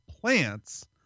plants